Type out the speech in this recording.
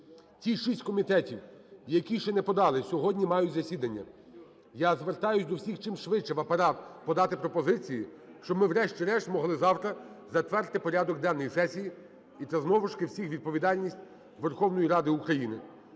Ті шість комітетів, які ще не подали, сьогодні мають засідання. Я звертаюсь до всіх чимшвидше в Апарат подати пропозиції, щоб ми врешті-решт могли завтра затвердити порядок денний сесії, і це знову ж таки всіх відповідальність, Верховної Ради України.